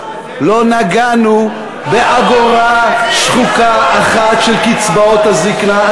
לא נגענו באגורה שחוקה אחת של קצבאות הזיקנה.